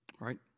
right